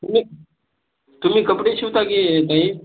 तुम्ही तुम्ही कपडे शिवता की ताई